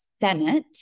Senate